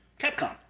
Capcom